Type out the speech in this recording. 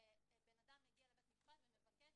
שיבוא,